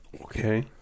Okay